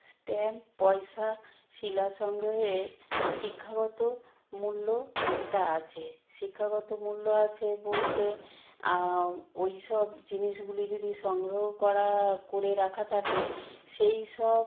stamp পয়সা শিলা সংগ্রহের শিক্ষাগত মূল্য একটা আছে শিক্ষাগত মূল্য আছে বলতে ওই সব জিনিসগুলি যদি সংগ্রহ করা করে রাখা থাকে সেই সব